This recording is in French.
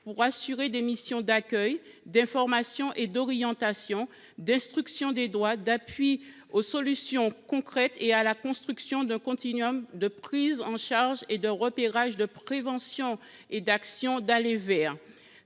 pour assurer des missions d’accueil, d’information et d’orientation, d’instruction des droits, d’appui aux solutions concrètes et à la construction d’un continuum de prise en charge et de repérage, de prévention et d’actions d’« aller vers